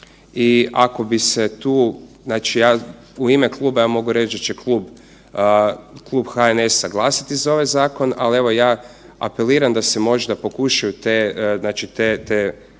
i ako bi se tu, znači ja, u ime kluba ja mogu reći da će Klub HNS-a glasati za ovaj zakon, ali evo, ja apeliram da se možda pokušaju te, znači te, te, ti